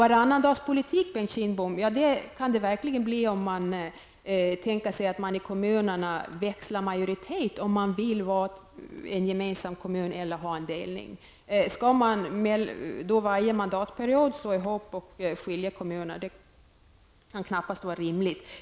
Varannandagspolitik, Bengt Kindbom, kan det verkligen bli om man i kommunerna växlar majoritet när det gäller om man vill ha en gemensam kommun eller om man vill ha en delning. Skall man då varje mandatperiod slå ihop eller skilja kommunerna? Det kan knappast vara rimligt.